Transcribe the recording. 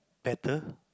better